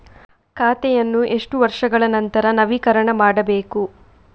ಖಾತೆಯನ್ನು ಎಷ್ಟು ವರ್ಷಗಳ ನಂತರ ನವೀಕರಣ ಮಾಡಬೇಕು?